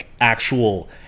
actual